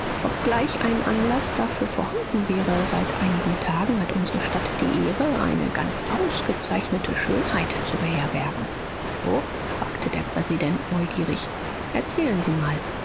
obgleich ein anlaß dafür vorhanden wäre seit einigen tagen hat unsre stadt die ehre eine ganz ausgezeichnete schönheit zu beherbergen so fragte der präsident neugierig erzählen sie mal